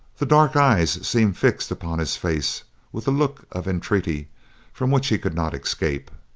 the dark eyes seemed fixed upon his face with a look of entreaty from which he could not escape,